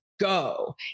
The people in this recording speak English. go